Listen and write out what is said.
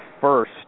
first